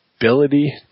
Ability